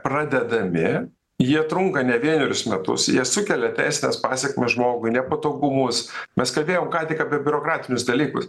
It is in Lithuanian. pradedami jie trunka ne vienerius metus jie sukelia teisines pasekmes žmogui nepatogumus mes kalbėjom ką tik apie biurokratinius dalykus